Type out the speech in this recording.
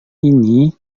ini